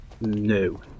No